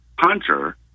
Hunter